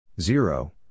zero